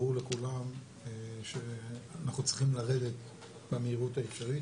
ברור לכולם שאנחנו צריכים לרדת במהירות האפשרית,